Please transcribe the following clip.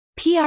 PR